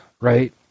Right